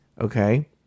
okay